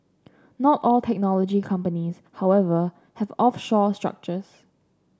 not all technology companies however have offshore structures